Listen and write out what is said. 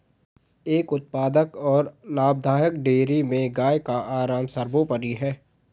एक उत्पादक और लाभदायक डेयरी में गाय का आराम सर्वोपरि है